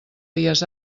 dies